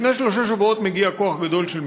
לפני שלושה שבועות הגיע כוח גדול של משטרה,